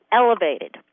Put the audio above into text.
elevated